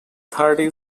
thirty